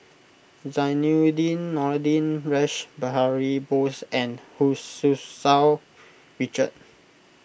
Zainudin Nordin Rash Behari Bose and Hu Tsu Tau Richard